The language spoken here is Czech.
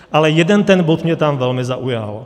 Ale jeden ten bod mě tam velmi zaujal.